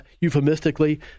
euphemistically